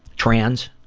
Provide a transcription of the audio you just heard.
trans